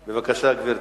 בבקשה, גברתי,